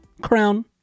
Crown